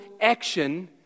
action